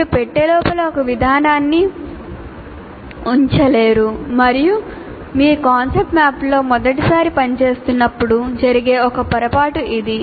మీరు పెట్టె లోపల ఒక విధానాన్ని ఉంచలేరు మరియు మీరు కాన్సెప్ట్ మ్యాప్లతో మొదటిసారి పనిచేస్తున్నప్పుడు జరిగే ఒక పొరపాటు ఇది